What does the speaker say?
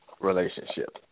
relationship